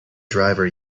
driver